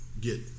get